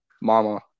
mama